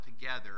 together